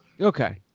okay